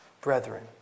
brethren